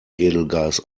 edelgas